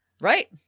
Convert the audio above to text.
Right